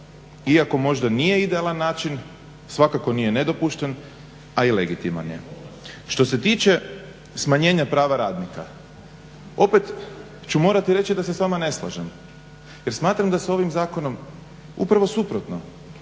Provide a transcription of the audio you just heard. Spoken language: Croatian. iako možda nije idealan način svakako nije nedopušten, a i legitiman je. Što se tiče smanjenja prava radnika opet ću morati reći da se s vama ne slažem jer smatram da se ovim zakonom upravo suprotno